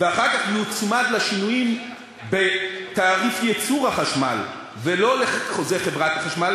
ואחר כך יוצמד לשינויים בתעריף ייצור החשמל ולא לחוזה חברת החשמל,